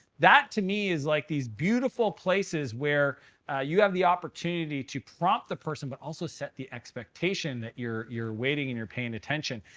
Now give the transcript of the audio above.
that, to me, is like these beautiful places where you have the opportunity to prompt the person but also set the expectation that you're you're waiting and you're paying attention.